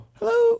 Hello